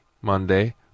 Monday